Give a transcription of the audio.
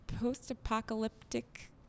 post-apocalyptic